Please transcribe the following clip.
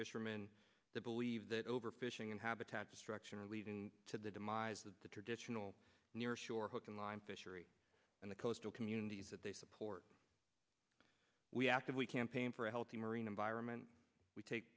fishermen they believe that over fishing and habitat destruction are leading to the demise of the traditional near shore hook and line fishery and the coastal communities that they support we actively campaign for a healthy marine environment we take